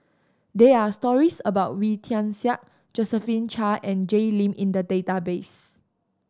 there are stories about Wee Tian Siak Josephine Chia and Jay Lim in the database